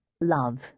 love